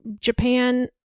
Japan